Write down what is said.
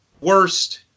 worst